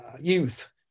youth